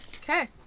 Okay